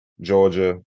Georgia